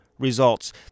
Results